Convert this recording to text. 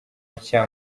nshya